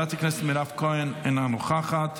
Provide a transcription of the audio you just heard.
חברת הכנסת מירב כהן, אינה נוכחת,